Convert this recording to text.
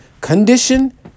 condition